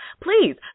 Please